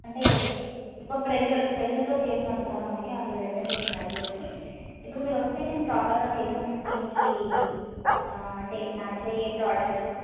అంటే ఎక్కువ ప్రెజర్ ప్రెజర్తోటి చేసినట్టున్నారు అందుకే అట్లా రెడ్నెస్ వచ్చింది ఐబ్రోస్కి ఇప్పుడు మీరు వస్తే నేను ప్రాపర్గా చేస్తాను అంటే స్కిన్కి అంటే మ్యాచ్ అయ్యే ప్రోడక్ట్స్